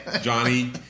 Johnny